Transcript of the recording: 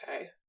Okay